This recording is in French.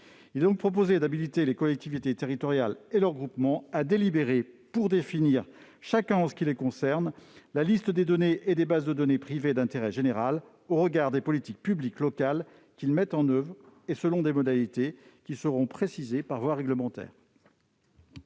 Il est donc proposé d'habiliter les collectivités territoriales et leurs groupements à délibérer pour définir, chacun en ce qui le concerne, la liste des données et des bases de données privées d'intérêt général au regard des politiques publiques locales qu'ils mettent en oeuvre, et selon des modalités qui seront précisées par voie réglementaire.